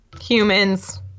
Humans